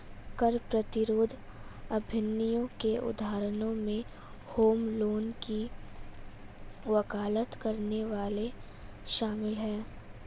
कर प्रतिरोध अभियानों के उदाहरणों में होम रूल की वकालत करने वाले शामिल हैं